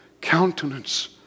countenance